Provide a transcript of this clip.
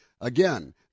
Again